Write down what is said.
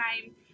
time